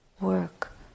work